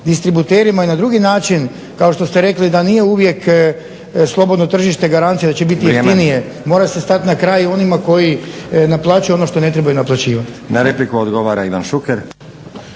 distributerima i na drugi način kao što ste rekli da nije uvijek slobodno tržište garancija da će biti… …/Upadica Stazić: Vrijeme./… … jeftinije. Mora se stat na kraj onima koji naplaćuju ono što ne trebaju naplaćivati. **Stazić, Nenad (SDP)** Na repliku odgovara Ivan Šuker.